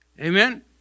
amen